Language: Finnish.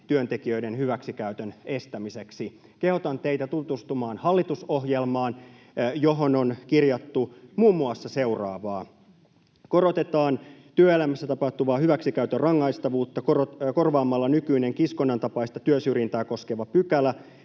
työntekijöiden hyväksikäytön estämiseksi. Kehotan teitä tutustumaan hallitusohjelmaan, johon on kirjattu muun muassa seuraavaa: ”Korotetaan työelämässä tapahtuvan hyväksikäytön rangaistavuutta korvaamalla nykyinen kiskonnan tapaista työsyrjintää koskeva pykälä